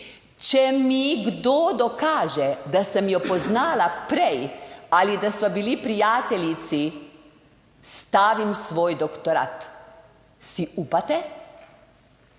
Če mi kdo dokaže, da sem jo poznala prej ali da sva bili prijateljici, stavim svoj doktorat. Si upate?